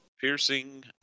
Piercing